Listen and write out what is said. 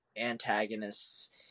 antagonists